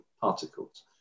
particles